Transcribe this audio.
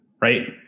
Right